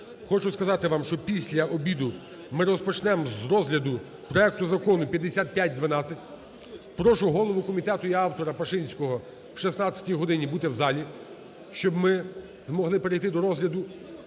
Хочу сказати вам, що після обіду ми розпочнемо з розгляду проекту закону 5512. Прошу голову комітету і автора Пашинського о 16 годині бути в залі, щоб ми змогли перейти до розгляду.